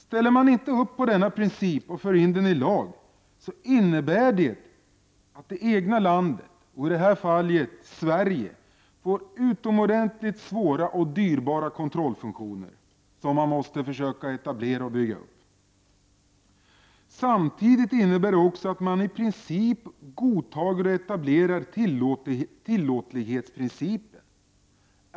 Ställer man inte upp på denna princip och för in den i lag innebär det att det egna landet — i detta fall Sverige — får utomordentligt svåra och dyrbara kontrollfunktioner, som man måste försöka etablera och bygga upp. Samtidigt innebär det också att man i princip godtar och etablerar tillåtlighetsprincipen.